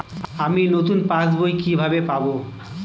আমি নতুন passbook কিভাবে পাব?